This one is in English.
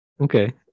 Okay